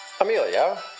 Amelia